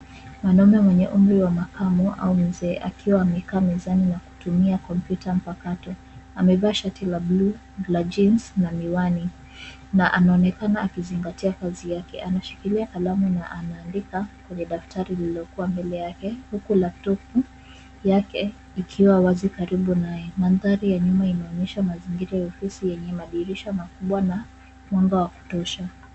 Mwanamume mwenye umri wa makamo au mzee akiwa amekaa mezani na kutumia kompyuta mpakato. Amevaa shati la buluu la jeans na miwani na anaonekana akizingatia kazi yake. Anashikilia kalamu na anaandika kwenye daftari lililokuwa mbele yake huku laputopu yake likiwa wazi karibu naye. Mandhari ya nyuma inaonyesha mazingira ya ofisi yenye madirisha makubwa na mwanga wa kutosha.